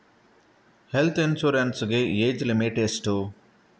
Health insurance ಗೆ age limit ಎಷ್ಟು?